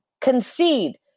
concede